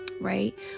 right